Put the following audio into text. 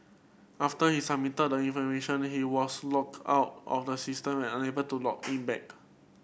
after he submitted the information he was logged out of the system and unable to log in back